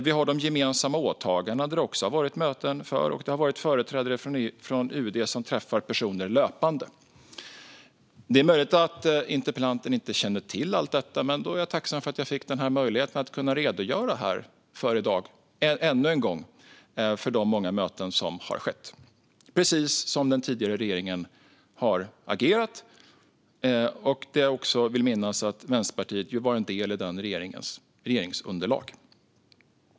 Vi har de gemensamma åtagandena, där det också har varit möten; företrädare för UD träffar personer löpande. Det är möjligt att interpellanten inte känner till allt detta, men jag är tacksam för att jag fick den här möjligheten att här i dag ännu en gång redogöra för de många möten som skett. Det var också precis så här den tidigare regeringen agerade, och jag vill minnas att Vänsterpartiet var en del av den regeringens regeringsunderlag.